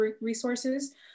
resources